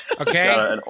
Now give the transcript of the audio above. Okay